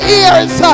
ears